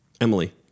Emily